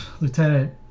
lieutenant